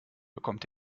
bekommt